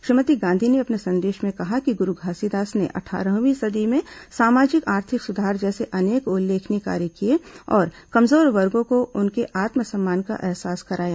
श्रीमती गांधी ने अपने संदेश में कहा है कि गुरू घासीदास ने अट्ठारहवीं सदी में सामाजिक आर्थिक सुधार जैसे अनेक उल्लेखनीय कार्य किए और कमजोर वर्गों को उनके आत्मसम्मान का अहसास कराया